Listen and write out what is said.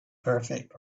perfect